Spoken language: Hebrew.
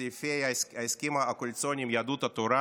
סעיפי ההסכם הקואליציוני עם יהדות התורה